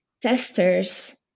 testers